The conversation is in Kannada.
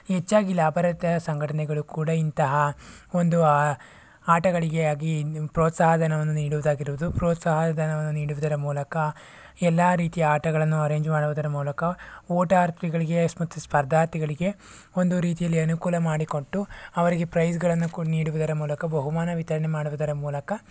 ಹೆಚ್ಚಾಗಿ ಲಾಭರಹಿತ ಸಂಘಟನೆಗಳು ಕೂಡ ಇಂತಹ ಒಂದು ಆ ಆಟಗಳಿಗೆ ಆಗಿ ಪ್ರೋತ್ಸಾಹ ಧನವನ್ನು ನೀಡುವುದಾಗಿರುವುದು ಪ್ರೋತ್ಸಾಹ ಧನವನ್ನು ನೀಡುವುದರ ಮೂಲಕ ಎಲ್ಲ ರೀತಿಯ ಆಟಗಳನ್ನು ಅರೇಂಜ್ ಮಾಡೋದರ ಮೂಲಕ ಓಟಾರ್ಥಿಗಳಿಗೆ ಮತ್ತು ಸ್ಪರ್ಧಾರ್ಥಿಗಳಿಗೆ ಒಂದು ರೀತಿಯಲ್ಲಿ ಅನುಕೂಲ ಮಾಡಿಕೊಟ್ಟು ಅವರಿಗೆ ಪ್ರೈಜ್ಗಳನ್ನು ಕೊ ನೀಡುವುದರ ಮೂಲಕ ಬಹುಮಾನ ವಿತರಣೆ ಮಾಡುವುದರ ಮೂಲಕ